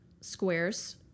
squares